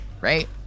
Right